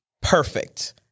perfect